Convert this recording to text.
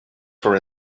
for